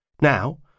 Now